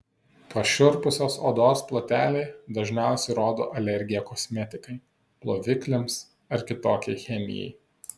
pašiurpusios odos ploteliai dažniausiai rodo alergiją kosmetikai plovikliams ar kitokiai chemijai